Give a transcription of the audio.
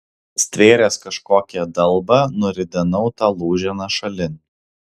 stvėręs kažkokią dalbą nuridenau tą lūženą šalin